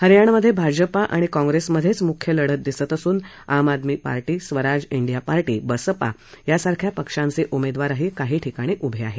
हरियाणामधे भाजपा आणि काँग्रसमधेच मुख्य लढत दिसत असून Aam Aadmi party Swaraj India party Baspa सारख्या पक्षांचे उमेदवार काही ठिकाणी उभे आहेत